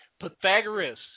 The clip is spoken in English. Pythagoras